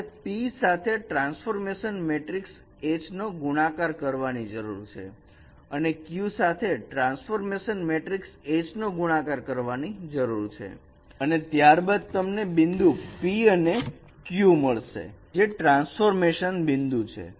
તમારે p સાથે transformation matrix H નો ગુણાકાર કરવાની જરૂર છે અને q સાથે ટ્રાન્સફોર્મેશન મેટ્રિક્સ H નો ગુણાકાર કરવાની જરૂર છે અને ત્યારબાદ તમને બિંદુ p અને q મળશે જે ટ્રાન્સફોર્મેશન બિંદુ છે